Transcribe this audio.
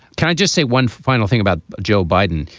can i just say one final thing about joe biden.